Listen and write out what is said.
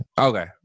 Okay